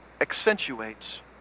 accentuates